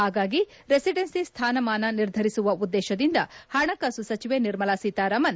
ಹಾಗಾಗಿ ರೆಸಿಡೆನ್ನಿ ಸ್ಥಾನಮಾನ ನಿರ್ಧರಿಸುವ ಉದ್ದೇಶದಿಂದ ಹಣಕಾಸು ಸಚಿವೆ ನಿರ್ಮಲಾ ಸೀತಾರಾಮನ್